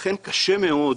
לכן, קשה מאוד